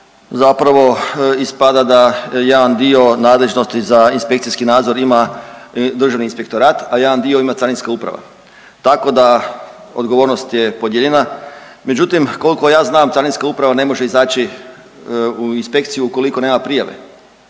zapravo ispada da jedan dio nadležnosti za inspekcijski nadzor ima Državni inspektorat, a jedan dio ima Carinska uprava. Tako da odgovornost je podijeljena. Međutim, koliko ja znam Carinska uprava ne može ići u inspekciju ukoliko nema prijave,